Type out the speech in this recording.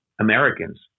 Americans